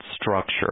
structure